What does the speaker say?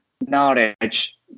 knowledge